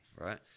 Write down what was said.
right